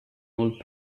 old